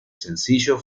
sencillo